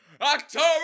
October